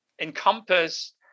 encompass